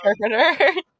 interpreter